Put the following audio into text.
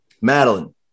Madeline